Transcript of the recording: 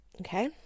Okay